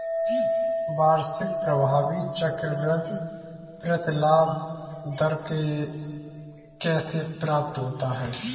वार्षिक प्रभावी चक्रवृद्धि प्रतिलाभ दर कैसे प्राप्त होता है?